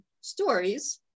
stories